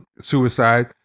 suicide